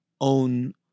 own